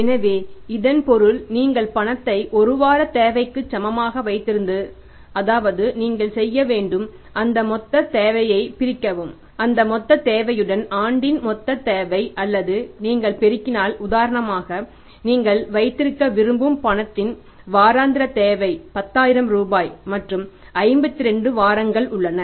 எனவே இதன் பொருள் நீங்கள் பணத்தை ஒரு வார தேவைக்கு சமமாக வைத்திருந்து அதாவது நீங்கள் செய்ய வேண்டும் அந்த மொத்தத் தேவையைப் பிரிக்கவும் அந்த மொத்தத் தேவையுடன் ஆண்டின் மொத்தத் தேவை அல்லது நீங்கள் பெருக்கினால் உதாரணமாக நீங்கள் வைத்திருக்க விரும்பும் பணத்தின் வாராந்திர தேவை 10000 ரூபாய் மற்றும் 52 வாரங்கள் உள்ளன